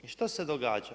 I što se događa?